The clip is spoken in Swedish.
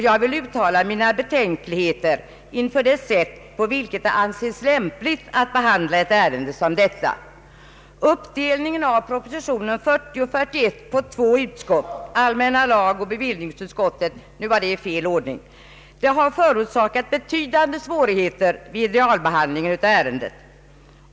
Jag vill uttala mina betänkligheter mot det sätt varpå ett ärende som detta har behandlats. Uppdelningen av propositionen på två utskott, andra lagutskottet och bevillningsutskottet — nu i fel ordning — har förorsakat betydande svårigheter vid realbehandlingen av ärendet.